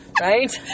Right